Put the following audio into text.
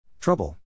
Trouble